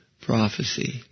Prophecy